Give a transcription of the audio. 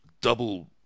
double